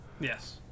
Yes